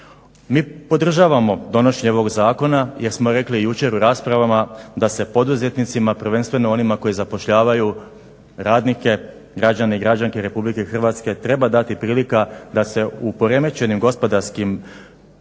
Mi podržavamo donošenje ovoga zakona jer smo rekli jučer u raspravama da se poduzetnicima prvenstveno onima koji zapošljavaju radnike građanke i građane RH treba dati prilika da se u poremećenim gospodarskim prilikama